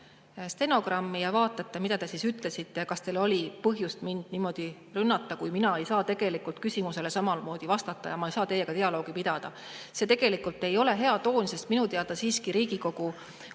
stenogrammi ja vaatate, mida te ütlesite ja kas teil oli põhjust mind niimoodi rünnata. Mina ei saa tegelikult küsimusele samamoodi vastata ja ma ei saa teiega dialoogi pidada. Aga see tegelikult ei ole hea toon, sest minu teada siiski Riigikogu